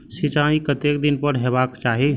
सिंचाई कतेक दिन पर हेबाक चाही?